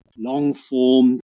long-form